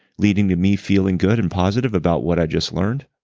leading to me feeling good and positive about what i just learned,